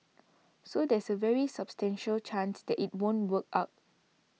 so there's a very substantial chance that it won't work out